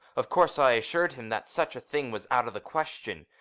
of course i assured him that such a thing was out of the question.